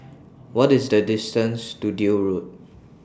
What IS The distance to Deal Road